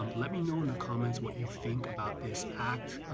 um let me know in the comments what you think about this act.